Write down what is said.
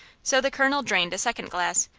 so the colonel drained a second glass,